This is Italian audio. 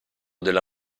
della